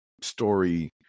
story